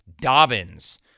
Dobbins